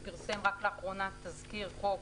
הוא פרסם רק לאחרונה תזכיר חוק